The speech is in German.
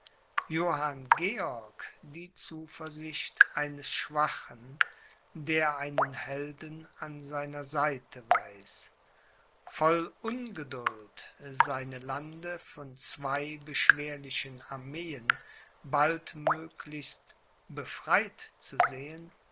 georg die zuversicht eines schwachen der einen helden an seiner seite weiß voll ungeduld seine lande von zwei beschwerlichen armeen baldmöglichst befreit zu sehen